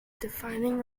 defining